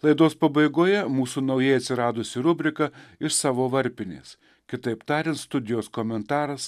laidos pabaigoje mūsų naujai atsiradusi rubrika iš savo varpinės kitaip tariant studijos komentaras